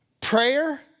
prayer